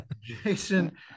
jason